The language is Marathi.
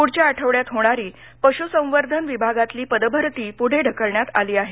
पुढच्या आठवड्यात होणारी पशुसंवर्धन विभागातली पदभरती पुढे ढकलण्यात आली आहे